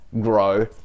grow